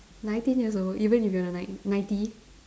nineteen years old even if you're like ninety